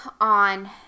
on